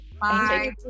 Bye